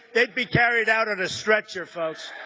they'd be carried out on a stretcher, folks